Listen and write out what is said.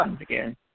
again